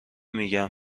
میگم